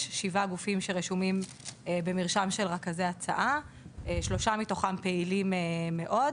יש כשבעה גופים שרשומים במרשם של רכזי הצעה; שלושה מתוכם פעילים מאוד.